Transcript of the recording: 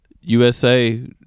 usa